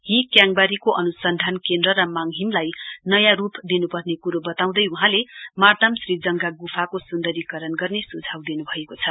ही क्याङबारीको अनुसन्धान केन्द्र र माङहिमलाई नयाँ रूप दिनु पर्ने कुरो बताउँदै वहाँले मार्तम श्रीजंगा गुफाको सुन्दकीकरण गर्ने सुझाव दिन् भएको छ